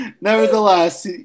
Nevertheless